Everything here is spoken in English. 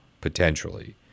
potentially